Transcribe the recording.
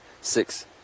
six